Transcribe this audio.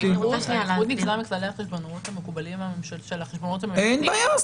בכללי החשבונאות המקובלים --- אין בעיה.